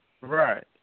Right